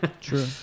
True